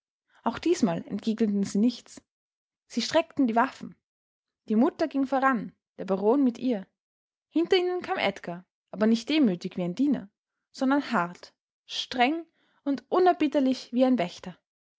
auch diesmal entgegneten sie nichts sie streckten die waffen die mutter ging voran der baron mit ihr hinter ihnen kam edgar aber nicht demütig wie ein diener sondern hart streng und unerbittlich wie ein wächter